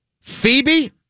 Phoebe